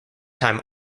time